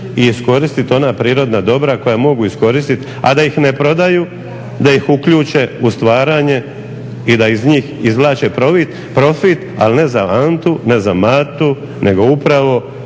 i iskoristiti ona prirodna dobra koja mogu iskoristiti, a da ih ne prodaju, da ih uključe u stvaranje i da iz njih izvlače profit ali ne za Antu, ne za Matu nego upravo